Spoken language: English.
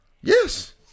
Yes